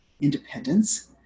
independence